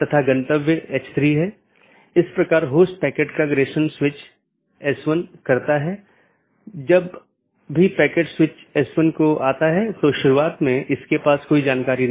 क्योंकि प्राप्त करने वाला स्पीकर मान लेता है कि पूर्ण जाली IBGP सत्र स्थापित हो चुका है यह अन्य BGP साथियों के लिए अपडेट का प्रचार नहीं करता है